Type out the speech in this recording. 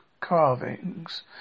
carvings